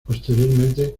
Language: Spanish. posteriormente